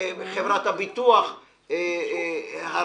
חברת הביטוח "הראל",